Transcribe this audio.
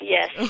Yes